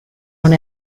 non